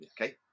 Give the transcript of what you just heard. okay